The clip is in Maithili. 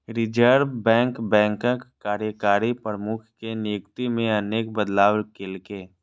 रिजर्व बैंक बैंकक कार्यकारी प्रमुख के नियुक्ति मे अनेक बदलाव केलकै